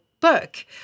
book